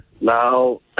Now